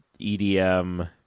EDM